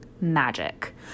magic